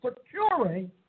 securing